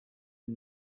den